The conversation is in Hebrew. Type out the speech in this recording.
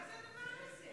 מה זה הדבר הזה?